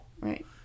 Right